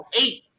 eight